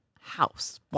house